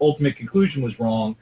ultimate conclusion was wrong,